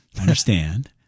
understand